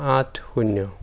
আঠ শূণ্য